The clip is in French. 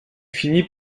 finit